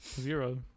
Zero